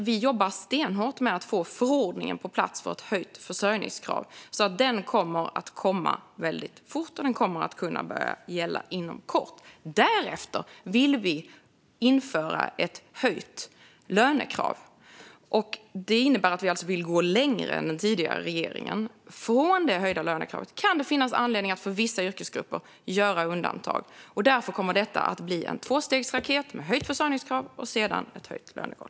Vi jobbar nu stenhårt med att få förordningen om ett höjt försörjningskrav på plats, så den kommer väldigt fort och kommer att kunna börja gälla inom kort. Därefter vill vi införa ett höjt lönekrav. Det innebär alltså att vi vill gå längre än den tidigare regeringen. Det kan finnas anledning att för vissa yrkesgrupper göra undantag från det höjda lönekravet. Därför kommer det att bli en tvåstegsraket med höjt försörjningskrav och sedan ett höjt lönekrav.